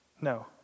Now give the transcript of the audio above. No